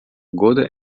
года